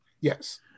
Yes